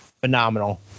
Phenomenal